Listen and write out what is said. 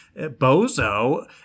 bozo